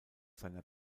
seiner